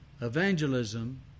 Evangelism